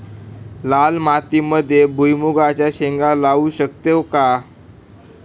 लाल मातीमध्ये भुईमुगाच्या शेंगा लावू शकतो का?